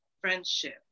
friendship